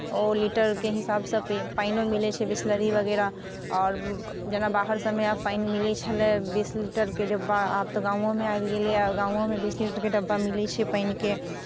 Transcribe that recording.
ओ लीटरके हिसाबसँ पानिओ मिलै छै बिसलेरी वगैरह आओर जेना बाहर सभमे आब पानि मिलै छलै बीस लीटरके डिब्बा आब तऽ गामोमे आबि गेलैए गामोमे बीस लीटरके डिब्बा मिलै छै पानिके